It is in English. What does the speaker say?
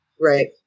Right